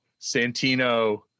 Santino